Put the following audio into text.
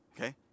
okay